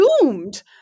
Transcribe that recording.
doomed